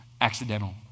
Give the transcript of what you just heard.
accidental